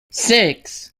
six